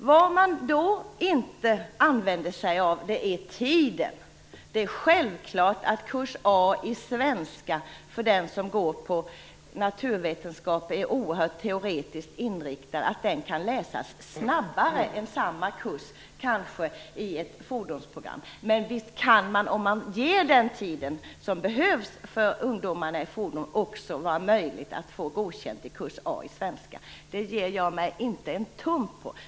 Då använder man sig inte av tiden. Det är självklart att kurs A i svenska för den som är oerhört teoretiskt inriktad kan läsas snabbare än samma kurs i ett fordonsprogram. Men om man anslår den tid som behövs för ungdomarna i fordonsprogrammet är det möjligt också för dem att få godkänt i kurs A i svenska. På den punkten ger jag mig inte en tum.